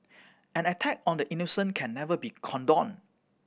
an attack on the innocent can never be condoned